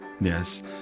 Yes